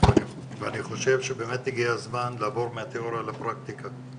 אני חושב שבאמת הגיע הזמן לעבור מהתאוריה לפרקטיקה.